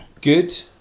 good